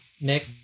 Nick